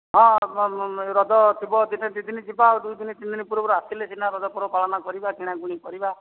ହଁ ରଜ ଥିବ ଦିନେ ଦୁଇ ଦିନ ଯିବା ଆଉ ଦୁଇ ଦିନ ତିନି ଦିନ ପୂର୍ବରୁ ଆସିଲେ ସିନା ରଜ ପର୍ବ ପାଳନ କରିବା କିଣାକିଣି କରିବା